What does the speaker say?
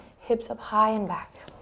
hips up high and back.